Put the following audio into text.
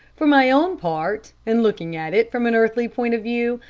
for my own part, and looking at it from an earthly point of view,